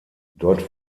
dort